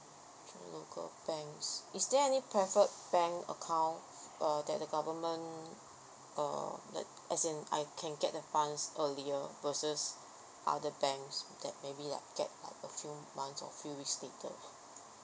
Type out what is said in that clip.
local banks is there any preferred bank account err that the government um that as in I can get the funds earlier versus other banks that maybe like get a few month or few weeks later